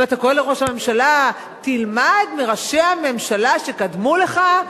ואתה קורא לראש הממשלה: תלמד מראשי הממשלה שקדמו לך,